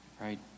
right